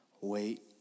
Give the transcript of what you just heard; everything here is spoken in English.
Wait